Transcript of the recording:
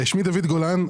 שמי דוד גולן.